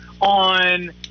on